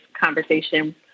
conversation